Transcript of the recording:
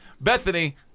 Bethany